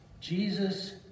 Jesus